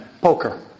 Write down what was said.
poker